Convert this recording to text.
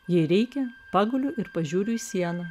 jai reikia paguliu ir pažiūriu į sieną